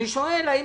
אני שואל האם